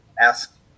ask